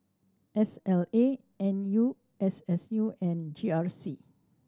S L A N U S S U and G R C